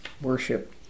worship